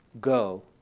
Go